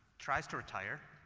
tries to retire